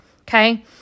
Okay